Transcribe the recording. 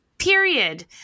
period